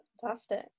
Fantastic